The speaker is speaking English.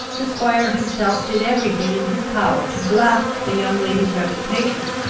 the squire himself did every thing in his power to blast the young lady's reputation,